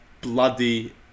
bloody